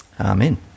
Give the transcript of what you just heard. Amen